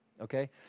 okay